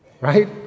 right